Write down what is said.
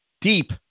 Deep